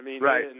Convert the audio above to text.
Right